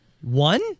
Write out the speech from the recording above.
One